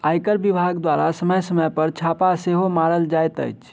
आयकर विभाग द्वारा समय समय पर छापा सेहो मारल जाइत अछि